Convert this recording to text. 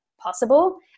possible